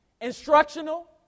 instructional